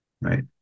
Right